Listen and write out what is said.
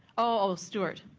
oh, stuart.